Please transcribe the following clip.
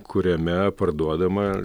kuriame parduodama